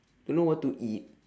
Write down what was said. don't know what to eat